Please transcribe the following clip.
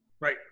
right